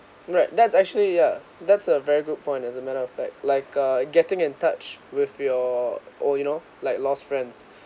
right that's actually yeah that's a very good point as a matter of fact like uh getting in touch with your or you know like lost friends